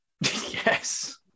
Yes